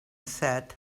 said